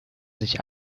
sich